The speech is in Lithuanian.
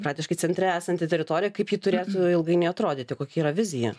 praktiškai centre esanti teritorija kaip ji turėtų ilgainiui atrodyti kokia yra vizija